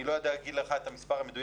אני לא יודע להגיד לך את המספר המדויק,